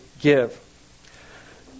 give